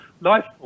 life